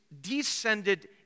descended